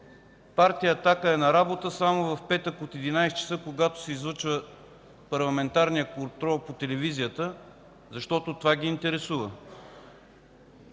Партия „Атака” е на работа само в петък от 11,00 ч., когато се излъчва парламентарният контрол по телевизията, защото това ги интересува.